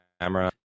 camera